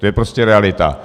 To je prostě realita.